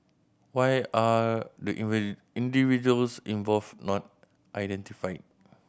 why are the individuals involved not identified